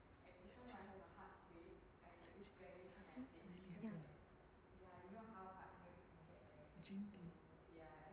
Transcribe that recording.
hmm ya